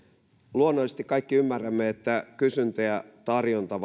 luonnollisesti kaikki ymmärrämme että asuntojen kysyntä ja tarjonta